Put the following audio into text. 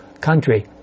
country